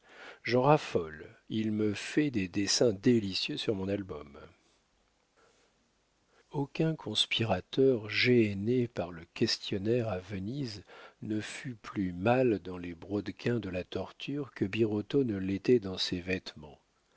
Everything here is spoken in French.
j'en raffole il me fait des dessins délicieux sur mon album aucun conspirateur géhenné par le questionnaire à venise ne fut plus mal dans les brodequins de la torture que birotteau ne l'était dans ses vêtements